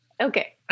Okay